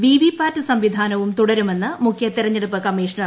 P V PAT സംവിധാനവും തുടരുമെന്ന് മുഖ്യ തെരഞ്ഞെടുപ്പ് കമ്മീഷണർ